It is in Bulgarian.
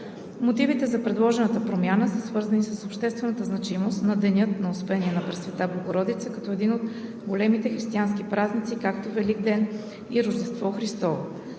Мотивите за предложената промяна са свързани с обществената значимост на Денят на Успение на Пресвета Богородица като един от големите християнски празници, както Великден и Рождество Христово.